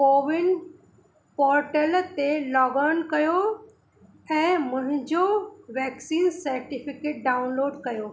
CoWIN portal ते लोगोन कयो ऐं मुहिंजो वैक्सीन सर्टीफिकेट डाऊनलोड कयो